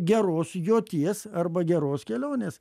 geros joties arba geros kelionės